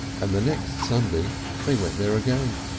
and the next sunday they went there again.